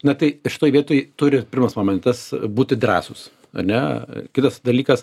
na tai šitoj vietoj turi pirmas momentas būti drąsūs ane kitas dalykas